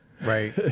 right